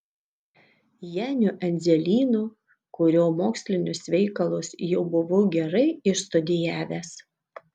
janiu endzelynu kurio mokslinius veikalus jau buvau gerai išstudijavęs